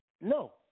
No